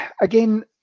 again